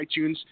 iTunes